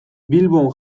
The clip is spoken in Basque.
bilbon